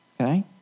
okay